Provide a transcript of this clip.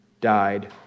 died